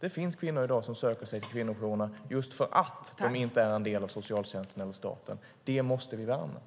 Det finns kvinnor i dag som söker sig till kvinnojourerna just därför att de inte är en del av socialtjänsten eller staten. Det måste vi värna om.